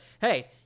hey